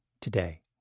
today